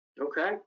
Okay